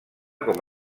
com